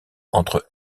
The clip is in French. entre